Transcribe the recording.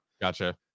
Gotcha